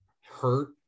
hurt